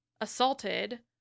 assaulted